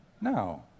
no